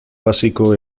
básico